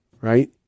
right